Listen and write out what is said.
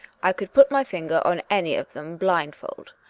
i could put my finger on any of them blind fold.